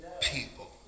people